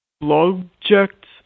objects